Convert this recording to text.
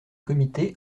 comité